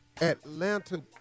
Atlanta